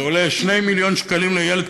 זה עולה 2 מיליון שקלים לילד,